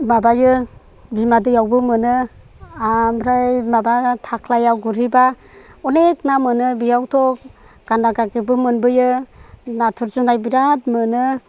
माबायो बिमा दैयावबो मोनो आमफ्राय माबा थाख्लायाव गुरहैब्ला अनेख ना मोनो बेयावथ' गान्दा गागेबबो मोनबोयो नाथुर जुनाय बिराद मोनो